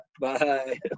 bye